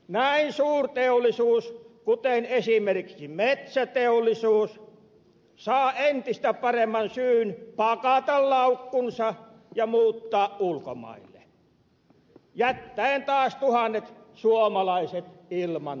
näin suurteollisuus kuten esimerkiksi metsäteollisuus saa entistä paremman syyn pakata laukkunsa ja muuttaa ulkomaille jättäen taas tuhannet suomalaiset ilman työtä